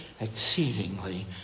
exceedingly